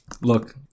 look